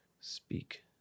Speak